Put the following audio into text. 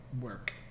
work